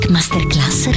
Masterclass